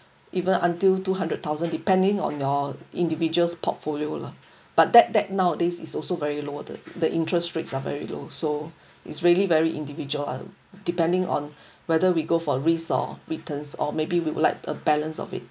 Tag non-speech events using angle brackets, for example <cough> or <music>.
even until two hundred thousand depending on your individual's portfolio lah but that that nowadays is also very low the the interest rates are very low so it's really very individual lah depending on <breath> whether we go for risk or returns or maybe we would like a balance of it